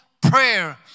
prayer